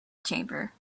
chamber